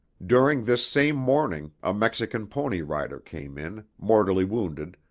during this same morning, a mexican pony rider came in, mortally wounded,